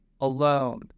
alone